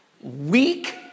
weak